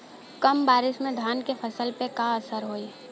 कम बारिश में धान के फसल पे का असर होई?